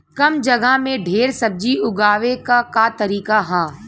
कम जगह में ढेर सब्जी उगावे क का तरीका ह?